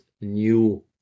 New